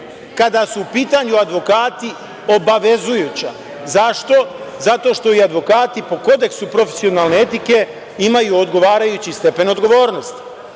kada su u pitanju advokati obavezujuća. Zašto? Zato što i advokati po kodeksu profesionalne etike imaju odgovarajući stepen odgovornosti. Prvo